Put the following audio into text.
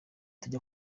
tujya